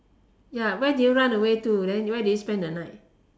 ya where did you run away to then where did you spend the night